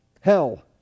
hell